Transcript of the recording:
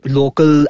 local